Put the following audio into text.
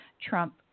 Trump